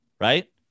right